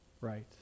right